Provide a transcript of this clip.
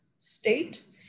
state